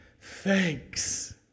thanks